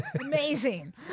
amazing